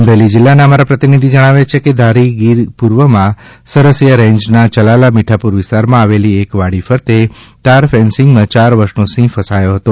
અમરેલી જિલ્લાના અમારા પ્રતિનિધિ જણાવે છે કે ધારી ગીર પૂર્વમાં સરસીયા રેન્જના ચલાલા મીઠાપુર વિસ્તારમાં આવેલી એક વાડી ફરતે તાર ફેન્સિંગમાં ચાર વર્ષનો સિંહ ફસાયો હતો